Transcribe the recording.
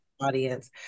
audience